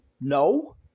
no